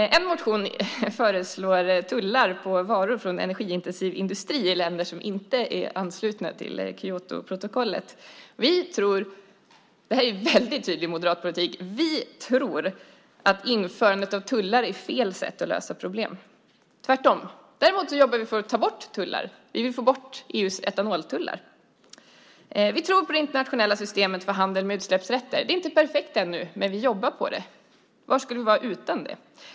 I en motion föreslås tullar på varor från energiintensiv industri i länder som inte är anslutna till Kyotoprotokollet. Vi tror inte - det är väldigt tydlig moderatpolitik - att införande av tullar är rätt sätt att lösa problem, tvärtom. Däremot jobbar vi för att ta bort tullar. Vi vill få bort EU:s etanoltullar. Vi tror på det internationella systemet för handel med utsläppsrätter. Det är inte perfekt ännu, men vi jobbar på det. Var skulle vi vara utan det?